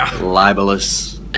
Libelous